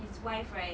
his wife right